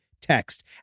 text